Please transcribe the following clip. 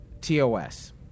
tos